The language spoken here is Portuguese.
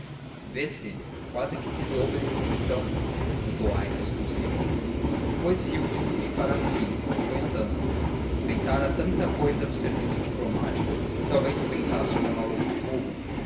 teimar vê-se quase que se lhe ouve a reflexão notou aires consigo depois riu de si para si e foi andando inventara tanta cousa no serviço diplomático que talvez inventasse o monólogo do burro